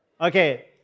Okay